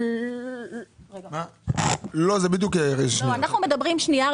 אנחנו מדברים על